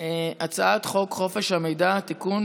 הצעת חוק חופש המידע (תיקון,